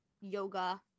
yoga